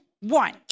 one